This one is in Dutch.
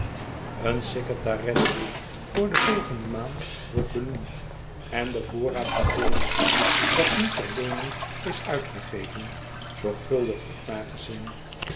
een secretaresse voor de volgende maand wordt benoemd en de voorraad van linnengoed dat niet ter leening is uitgegeven zorgvuldig wordt nagezien